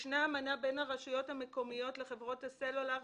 יש אמנה בין הרשויות המקומיות לחברות הסלולר,